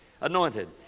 anointed